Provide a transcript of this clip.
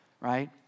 right